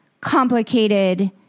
complicated